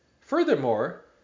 Furthermore